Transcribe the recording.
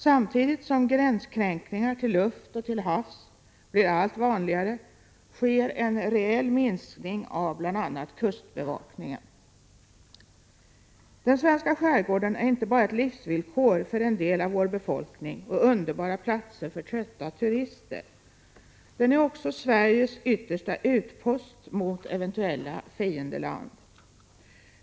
Samtidigt som gränskränkningar i luften och till havs blir allt vanligare sker en reell minskning av bl.a. kustbevakningen. Den svenska skärgården är inte bara ett livsvillkor för en del av vår befolkning med underbara platser för trötta turister; den är också Sveriges yttersta utpost mot eventuellt fiendeland.